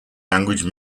language